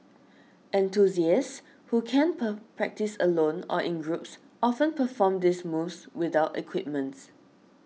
who can practice alone or in groups often perform these moves without equipments